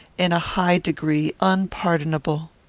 in a high degree, unpardonable.